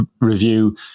Review